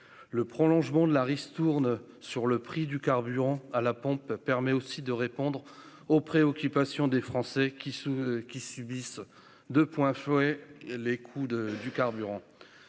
Le prolongement de la ristourne sur le carburant à la pompe permet aussi de répondre aux préoccupations des Français qui subissent de plein fouet la hausse des prix.